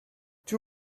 two